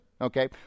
okay